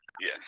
yes